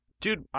Dude